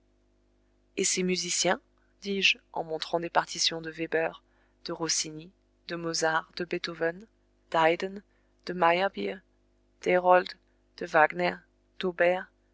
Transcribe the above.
et ces musiciens dis-je en montrant des partitions de weber de rossini de mozart de beethoven d'haydn de meyerbeer d'herold de wagner d'auber